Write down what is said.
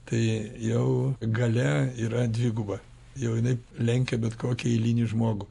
tai jau kaip galia yra dviguba jau jinai lenkia bet kokį eilinį žmogų